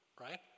right